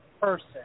person